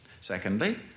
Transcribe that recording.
Secondly